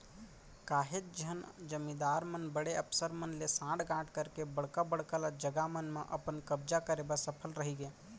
काहेच झन जमींदार मन बड़े अफसर मन ले सांठ गॉंठ करके बड़का बड़का ल जघा मन म अपन कब्जा करे बर सफल रहिगे